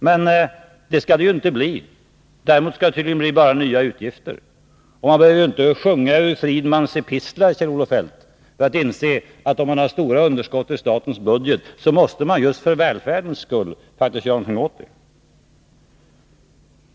Men det skall det inte bli, utan tydligen bara nya utgifter. Man behöver inte sjunga över ”Friedmans epistlar”, Kjell-Olof Feldt, för att inse att om man har stora underskott i statens budget måste man, just för välfärdens skull, faktiskt göra någonting åt det.